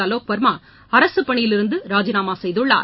அலோக் வர்மா அரசுப்பணியிலிருந்து ராஜினாமா செய்துள்ளார்